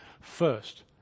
first